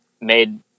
made